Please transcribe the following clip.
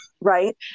right